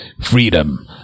freedom